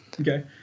Okay